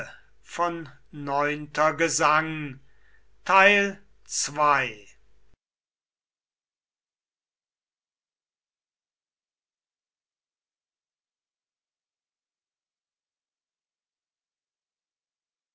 feuer neunter gesang